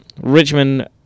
Richmond